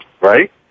right